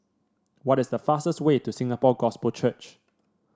what is the fastest way to Singapore Gospel Church